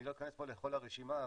אני לא אכנס פה לכל הרשימה,